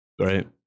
right